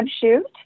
shoot